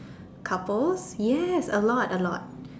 couples yes a lot a lot